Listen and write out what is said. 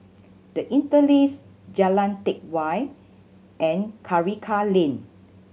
The Interlace Jalan Teck Whye and Karikal Lane